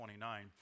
29